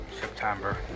September